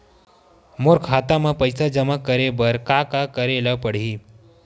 मोर खाता म पईसा जमा करे बर का का करे ल पड़हि?